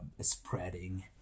spreading